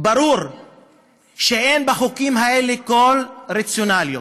ברור שאין בחוקים האלה כל רציונליות,